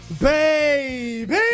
baby